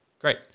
Great